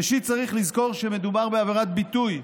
ראשית, צריך לזכור שמדובר בעבירת ביטוי,